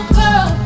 girl